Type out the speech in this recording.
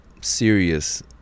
serious